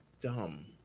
dumb